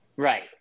Right